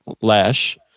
Lash